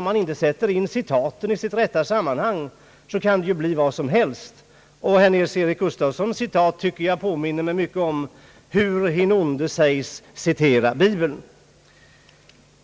Om man inte sätter in ett citat i dess rätta sammanhang, kan det givetvis bli vad som helst. Herr Nils Eric Gustafssons citat tycker jag påminner mig mycket om hur hin onde sägs citera bibeln.